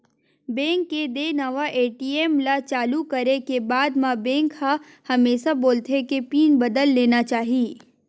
bank के देय नवा ए.टी.एम ल चालू करे के बाद म बेंक ह हमेसा बोलथे के पिन बदल लेना चाही